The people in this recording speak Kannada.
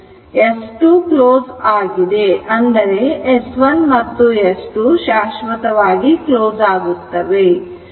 S2 ಕ್ಲೋಸ್ ಆಗಿದೆ ಅಂದರೆ S1 ಮತ್ತು S2 ಶಾಶ್ವತವಾಗಿ ಕ್ಲೋಸ್ ಆಗುತ್ತವೆ